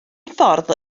ffordd